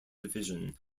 division